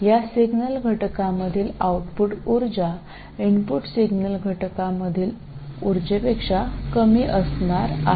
या सिग्नल घटकामधील आउटपुट उर्जा इनपुट सिग्नलघटकामधील उर्जापेक्षा कमी असणार आहे